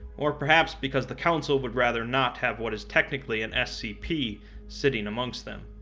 or perhaps because the council would rather not have what is technically an scp sitting amongst them.